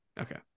okay